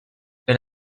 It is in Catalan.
per